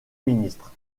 ministre